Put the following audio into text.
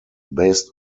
based